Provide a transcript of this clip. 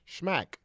Schmack